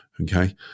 Okay